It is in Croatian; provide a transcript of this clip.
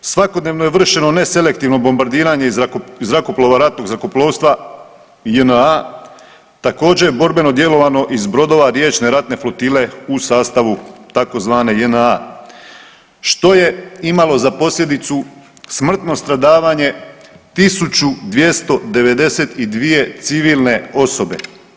Svakodnevno je vršeno ne selektivno bombardiranje iz zrakoplova ratnog zrakoplovstva JNA, također je borbeno djelovano iz brodova riječne ratne flotile u sastavu tzv. JNA, što je imalo za posljedicu smrtno stradavanje 1292 civilne osobe.